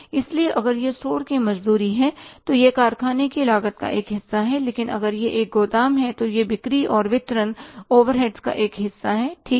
इसलिए अगर यह स्टोर की मजदूरी है तो यह कारखाने की लागत का एक हिस्सा है लेकिन अगर यह एक गोदाम है तो यह बिक्री और वितरण ओवरहेड्स का एक हिस्सा है ठीक है